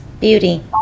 beauty